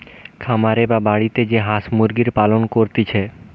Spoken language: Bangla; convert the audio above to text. খামারে বা বাড়িতে যে হাঁস মুরগির পালন করতিছে